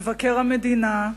מבקר המדינה,